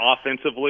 offensively